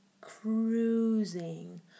cruising